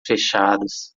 fechadas